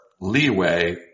leeway